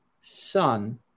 son